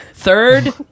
Third